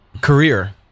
career